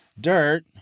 dirt